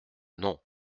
non